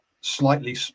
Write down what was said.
slightly